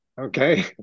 Okay